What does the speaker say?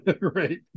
Right